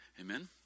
Amen